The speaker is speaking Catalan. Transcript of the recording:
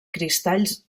cristalls